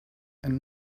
and